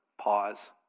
Pause